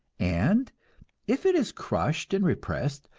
and if it is crushed and repressed,